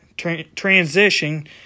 transition